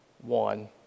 one